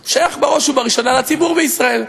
הוא שייך בראש ובראשונה לציבור בישראל,